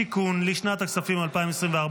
שיכון, לשנת הכספים 2024,